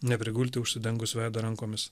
neprigulti užsidengus veidą rankomis